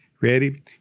Ready